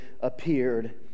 appeared